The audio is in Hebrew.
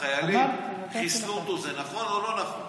החיילים חיסלו אותו, זה נכון או לא נכון?